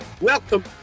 Welcome